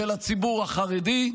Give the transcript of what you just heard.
של הציבור החרדי,